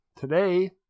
Today